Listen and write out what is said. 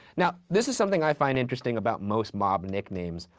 now this is something i find interesting about most mob nicknames.